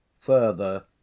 further